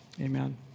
Amen